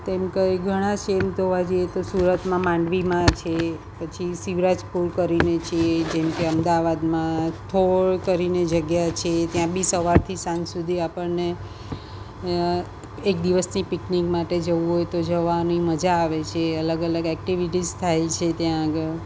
તેમ કરી ઘણા છે ઘણા છે એમ જોવા જઈએ તો સુરતમાં માંડવીમાં છે પછી શિવરાજપુર કરીને છે જેમ કે અમદાવાદમાં થોળ કરીને જગ્યા છે ત્યાં બિ સવારથી સાંજ સુધી આપણને એક દિવસની પિકનિક માટે જવું હોય તો જવાની મજા આવે છે અલગ અલગ એક્ટિવિટીઝ થાય છે ત્યાં આગળ